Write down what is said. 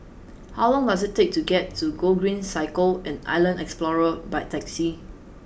how long does it take to get to Gogreen Cycle and Island Explorer by taxi